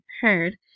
heard